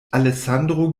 alessandro